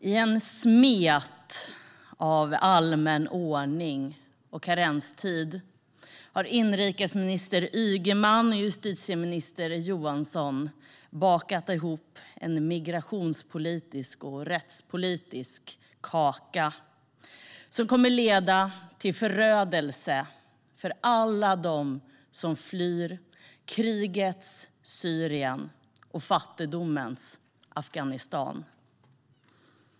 I en smet av allmän ordning och karenstid har inrikesminister Ygeman och justitieminister Johansson bakat ihop en migrationspolitisk och rättspolitisk kaka som kommer att leda till förödelse för alla dem som flyr från krigets Syrien och fattigdomens Afghanistan.